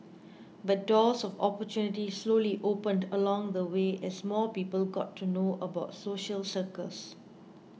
but doors of opportunity slowly opened along the way as more people got to know about social circus